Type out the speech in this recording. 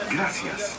Gracias